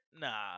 nah